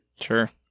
Sure